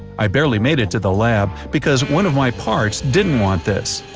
i barely made it to the lab, because one of my parts didn't want this.